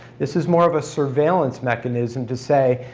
this is more of a surveillance mechanism to say,